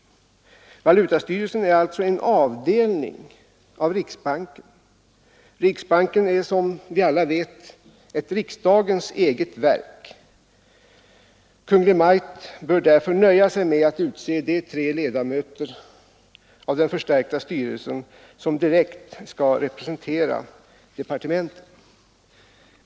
Valutastyrelsen är alltså en avdelning av riksbanken. Riksbanken är som vi alla vet ett riksdagens eget verk. Kungl. Maj:t bör därför nöja sig med att utse de tre ledamöter av den förstärkta styrelsen som direkt skall representera departementen.